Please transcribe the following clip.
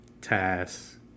tasks